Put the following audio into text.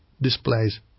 displays